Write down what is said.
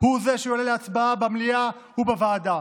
הוא זה שעולה להצבעה במליאה ובוועדה.